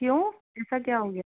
क्यों ऐसा क्या हो गया